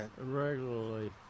regularly